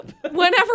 whenever